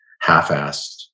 half-assed